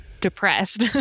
depressed